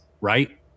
right